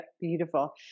Beautiful